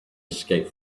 escape